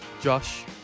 Josh